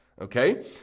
okay